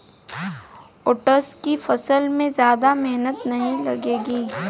oats की फसल में ज्यादा मेहनत नहीं लगेगी